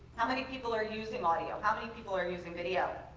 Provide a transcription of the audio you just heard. how many people are using audio? how many people are using video?